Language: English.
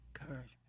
Encouragement